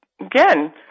again